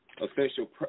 official